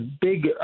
big